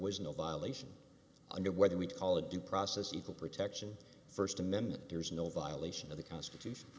was no violation under whether we call it due process equal protection st amendment there is no violation of the constitution